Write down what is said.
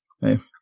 hey